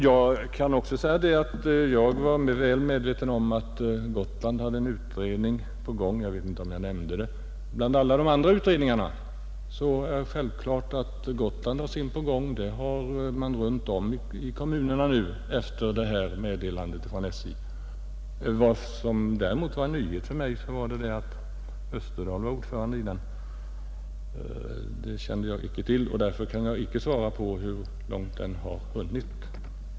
Jag var också väl medveten om att en utredning om Gotland pågår — jag vet inte om jag nämnde den bland alla de andra utredningarna, Det är självklart att Gotland har sin utredning på gång liksom man har runt om i kommunerna efter meddelandet från SJ. Däremot var det en nyhet för mig att herr Österdahl är ordförande i den. Därför kan jag icke svara på frågan hur långt den har hunnit.